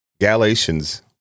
Galatians